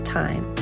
time